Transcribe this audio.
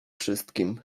wszystkim